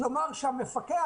כלומר שהמפקח,